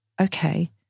okay